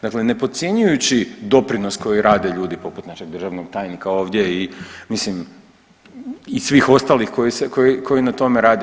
Dakle, ne podcjenjujući doprinos koji rade ljudi poput našeg državnog tajnika ovdje i mislim i svih ostalih koji na tome rade.